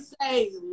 say